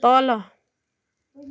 तल